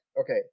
Okay